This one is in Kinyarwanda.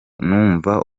numva